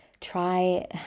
try